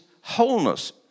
wholeness